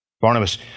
Barnabas